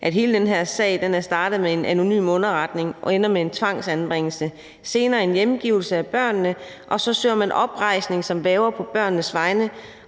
at hele den her sag er startet med en anonym underretning og ender med en tvangsanbringelse, senere en hjemgivelse af børnene, og så søger man oprejsning som værger på børnenes vegne,